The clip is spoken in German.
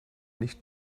nicht